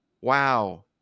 wow